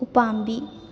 ꯎ ꯄꯥꯝꯕꯤ